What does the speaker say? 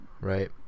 right